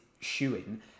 shoeing